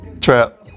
trap